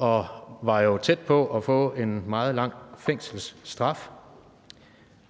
jo var tæt på at få en meget lang fængselsstraf.